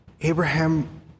Abraham